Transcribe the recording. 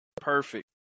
perfect